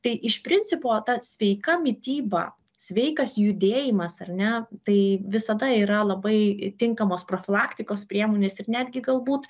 tai iš principo ta sveika mityba sveikas judėjimas ar ne tai visada yra labai tinkamos profilaktikos priemonės ir netgi galbūt